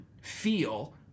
feel